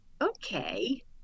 okay